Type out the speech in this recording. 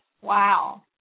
wow